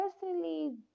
personally